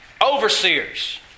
overseers